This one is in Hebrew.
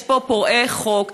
יש פה פורעי חוק,